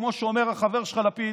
כמו שאומר החבר שלך לפיד,